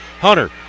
Hunter